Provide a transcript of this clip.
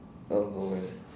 I don't know man